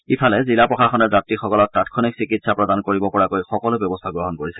ইফালে জিলা প্ৰশাসনে যাত্ৰীসকলক তাৎক্ষণিক চিকিৎসা প্ৰদান কৰিব পৰাকৈ সকলো ব্যৱস্থা গ্ৰহণ কৰিছে